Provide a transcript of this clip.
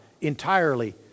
entirely